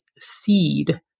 seed